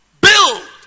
Build